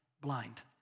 blind